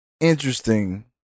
interesting